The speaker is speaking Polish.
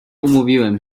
umówiłem